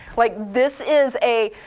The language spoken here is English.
like this is a,